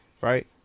right